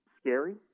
scary